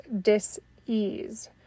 dis-ease